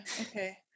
okay